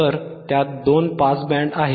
तर त्यात दोन पास बँड आहेत